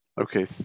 okay